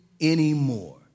anymore